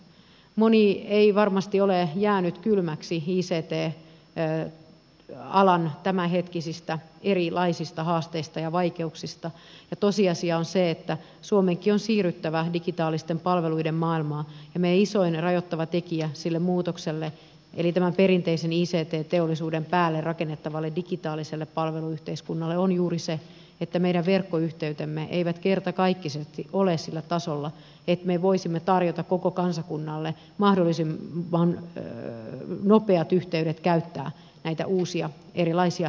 moni ei varmasti ole jäänyt kylmäksi ict alan tämänhetkisistä erilaisista haasteista ja vaikeuksista ja tosiasia on se että suomenkin on siirryttävä digitaalisten palveluiden maailmaan ja meidän isoin rajoittava tekijä siinä muutoksessa eli tämän perinteisen ict teollisuuden päälle rakennettavassa digitaalisessa palveluyhteiskunnassa on juuri se että meidän verkkoyhteytemme eivät kertakaikkisesti ole sillä tasolla että me voisimme tarjota koko kansakunnalle mahdollisimman nopeat yhteydet käyttää näitä uusia erilaisia sähköisiä palveluja